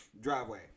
driveway